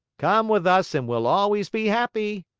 come with us and we'll always be happy,